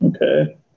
Okay